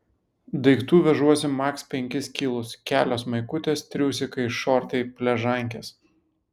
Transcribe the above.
daiktų vežuosi maks penkis kilus kelios maikutės triusikai šortai pležankės